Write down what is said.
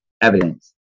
evidence